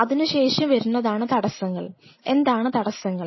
അതിനുശേഷം വരുന്നതാണ് തടസ്സങ്ങൾ എന്താണ് തടസ്സങ്ങൾ